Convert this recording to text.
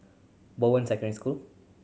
Bowen Secondary School